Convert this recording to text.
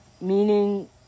meaning